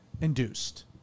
induced